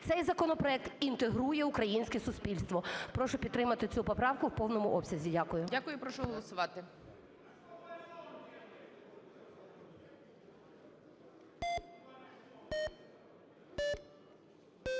Цей законопроект інтегрує українське суспільство. Прошу підтримати цю поправку в повному обсязі. Дякую. ГОЛОВУЮЧИЙ. Дякую. Прошу голосувати.